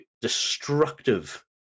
destructive